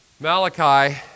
Malachi